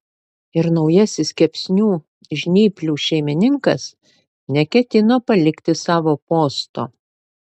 ir naujasis kepsnių žnyplių šeimininkas neketino palikti savo posto